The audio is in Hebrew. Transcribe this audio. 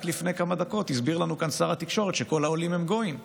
רק לפני כמה דקות הסביר לנו כאן שר התקשורת שכל העולים הם גויים.